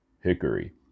hickory